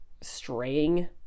straying